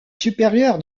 supérieur